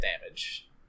damage